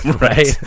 right